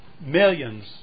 millions